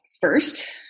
first